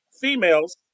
females